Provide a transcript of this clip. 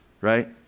right